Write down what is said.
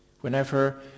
whenever